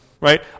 right